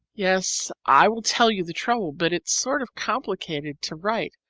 yes, i will tell you the trouble, but it's sort of complicated to write,